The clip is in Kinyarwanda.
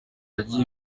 yagize